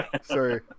Sorry